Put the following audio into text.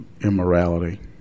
immorality